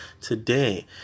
today